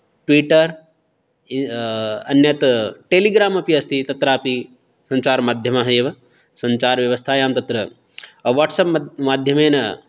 Twitter अन्यत् Telegram अपि अस्ति तत्रापि सञ्चारमाध्यमः एव सञ्चारव्यवस्थायां तत्र वाट्स् एप् मध् माध्यमेन